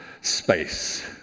space